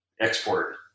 export